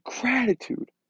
gratitude